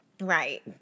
Right